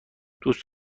دوست